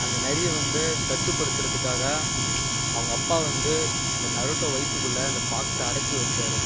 அந்த நரியை வந்து கட்டுப்படுத்துறதுக்காக அவங்க அப்பா வந்து இந்த நருட்டோ வயிற்றுக்குள்ள இந்த ஃபாக்ஸை அடைச்சி வச்சார்